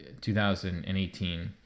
2018